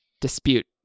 dispute